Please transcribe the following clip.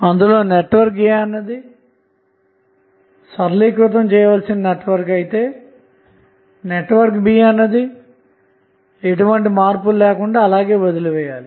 అందులో network A అన్నది సరళీకృతం చేయవలసిన నెట్వర్క్ అలాగే నెట్వర్క్ B అన్నది ఎటువంటి మార్పులు లేకుండా అలాగ వదిలేయాలి